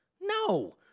No